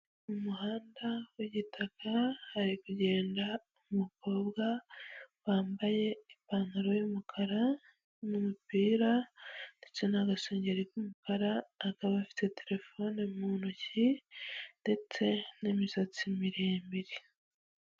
Mu muhanda w'igitaka hari kugenda umukobwa wambaye ipantaro y'umukara n'umupira, ndetse n'agasengeri k'umukara akaba afite telefone mu ntoki ndetse n'imisatsi miremire.